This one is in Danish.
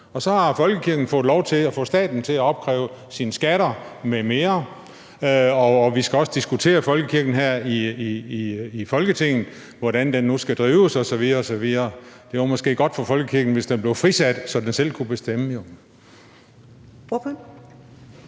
Så har folkekirken fået lov til at få staten til at opkræve sine skatter m.m., og vi skal også diskutere folkekirken her i Folketinget – hvordan den nu skal drives osv. – for det var måske godt for folkekirken, hvis den blev frisat, så den selv kunne bestemme.